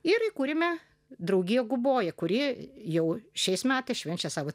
ir įkūrime draugija guboja kuri jau šiais metais švenčia savo